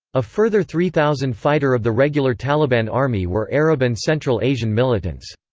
a further three thousand fighter of the regular taliban army were arab and central asian militants.